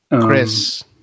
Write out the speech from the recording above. Chris